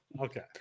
Okay